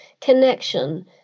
connection